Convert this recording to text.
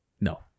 No